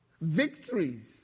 Victories